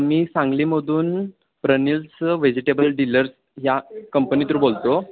मी सांगलीमधून Pranil's vegetable dealers या कंपनीतून बोलतो